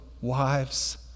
wives